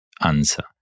answer